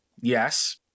yes